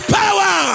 power